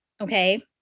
okay